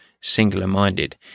singular-minded